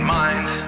mind